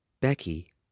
Becky